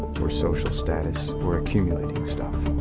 or social status or accumulating stuff.